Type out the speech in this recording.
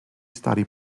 study